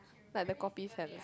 like the kopi fella